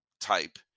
type